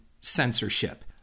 censorship